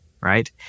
right